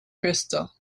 crystal